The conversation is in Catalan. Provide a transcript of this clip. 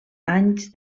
anys